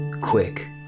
Quick